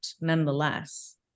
nonetheless